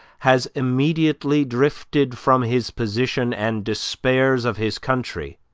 has immediately drifted from his position, and despairs of his country,